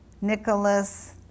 Nicholas